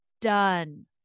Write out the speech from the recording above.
Done